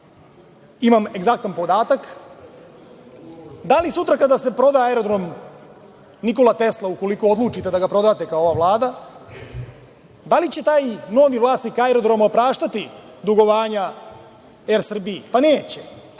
imam egzaktan podatak. Da li sutra kada se proda Aerodrom „Nikola Tesla“ ukoliko odlučite da ga prodate, ova vlada, da li će taj novi vlasnik aerodroma praštati dugovanja „Er Srbiji“? Pa, neće.